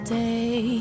day